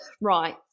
right